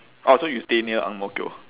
orh so you stay near ang mo kio